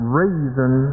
reason